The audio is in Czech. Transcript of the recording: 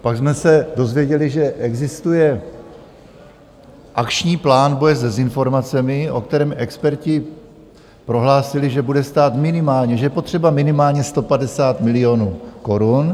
Pak jsme se dozvěděli, že existuje akční plán boje s dezinformacemi, o kterém experti prohlásili, že bude stát minimálně, že je potřeba minimálně 150 milionů korun.